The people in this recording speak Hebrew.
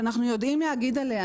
ואנחנו יודעים לומר עליה,